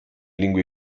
lingua